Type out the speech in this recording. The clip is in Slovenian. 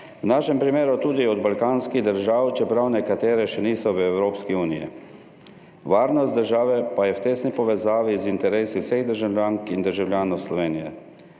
V našem primeru tudi od balkanskih držav, čeprav nekatere še niso v Evropski uniji. Varnost države pa je v tesni povezavi z interesi vseh državljank in državljanov Slovenije.